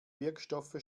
wirkstoffe